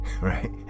Right